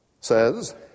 says